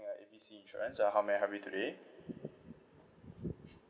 uh A B C insurance uh how may I help you today